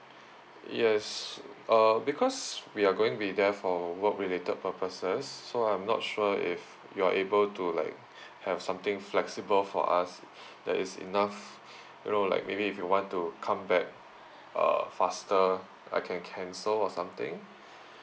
yes uh because we are going to be there for work-related purposes so I'm not sure if you're able to like have something flexible for us that is enough you know like maybe if you want to come back uh faster I can cancel or something